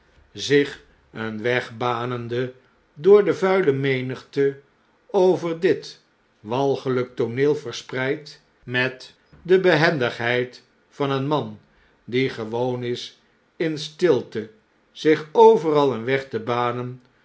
zich een jgeg banende door de vuile menigte over dit walgrfik tooneel verspreid metdeoehendigheid van een man die gewoon is in stilte zich overal een weg te banen